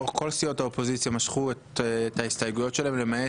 כל סיעות האופוזיציה משכו את ההסתייגויות שלהן למעט